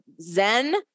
Zen